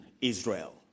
Israel